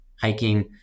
hiking